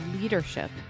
leadership